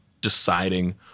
deciding